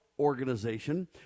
organization